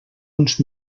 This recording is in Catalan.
uns